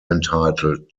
entitled